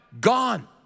gone